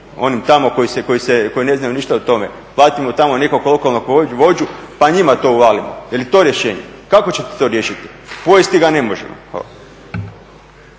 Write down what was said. onim tamo koji ne znaju ništa o tome? Platimo tamo nekog lokalnog vođu pa njima to uvalimo, je li to rješenje? Kako ćete to riješiti? Pojesti ga ne možemo.